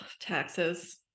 taxes